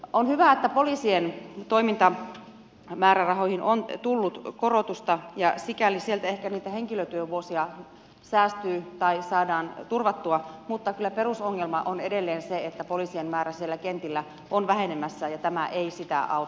on hyvä että poliisien toimintamäärärahoihin on tullut korotusta ja sikäli sieltä ehkä niitä henkilötyövuosia säästyy tai saadaan turvattua mutta kyllä perusongelma on edelleen se että poliisien määrä siellä kentillä on vähenemässä ja tämä lisätalousarvio ei sitä auta